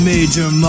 Major